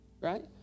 right